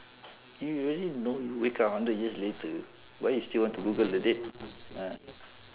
you imagine you know you wake up hundred years later why you still want to google the date ah